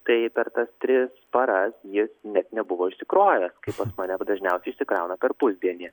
tai per tas tris paras jis net nebuvo išsikrovęs pas mane dažniausiai įsikrauna per pusdienį